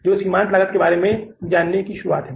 तो यह सीमांत लागत के बारे में जानने की शुरुआत है